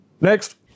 Next